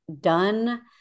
done